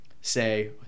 say